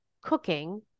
cooking